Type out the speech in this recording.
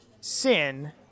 sin